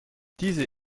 diese